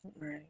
Right